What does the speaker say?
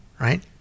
right